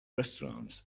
restaurants